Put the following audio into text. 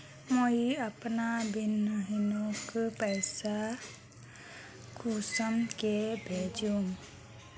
मुई अपना बहिनोक पैसा कुंसम के भेजुम?